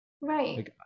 Right